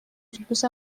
اتوبوس